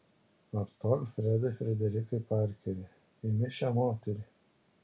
ar tu alfredai frederikai parkeri imi šią moterį